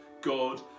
God